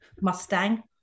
Mustang